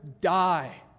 die